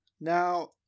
now